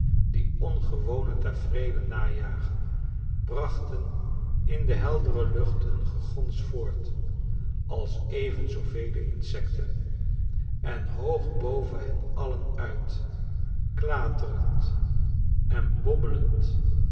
die ongewone tafereelen najagen brachten in de heldere lucht een gegons voort als even zoovele insecten en hoog boven hen alien uit klaterend en bobbelend